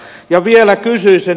ja vielä kysyisin